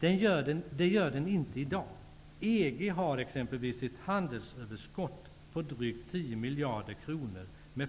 Det gör den inte i dag. EG har exempelvis ett handelsöverskott på drygt 10 miljarder kronor med